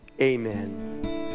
amen